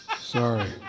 sorry